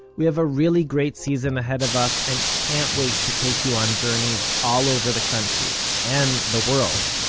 we have a really great season ahead of us, and can't wait to take you on journeys all over the country, and the world,